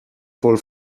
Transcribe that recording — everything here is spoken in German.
voll